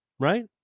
Right